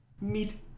Meet